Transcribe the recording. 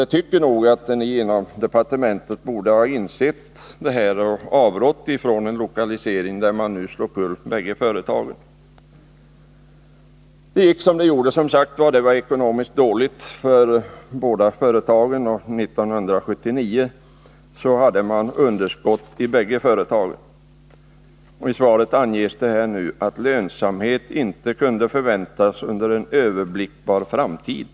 Jag tycker att ni i departementet borde ha insett det här och avrått från en lokalisering, där man slår omkull bägge företagen. Det gick som det gick, som sagt var. Det var ekonomiskt dåligt för företagen, och 1979 hade båda underskott. I svaret anges nu att ”lönsamhet inte kunde förväntas ens under en överblickbar framtid”.